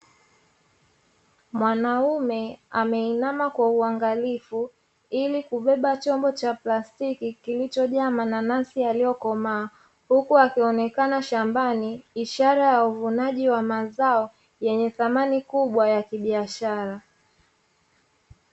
Mwanaume ameinama kwa uangalifu, ili kubeba chombo cha plastiki kilichojaa mananasi yaliyokomaa, huku akionekana shambani. Ishara ya uvunaji wa mazao yenye thamani kubwa ya kibiashara.